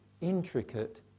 intricate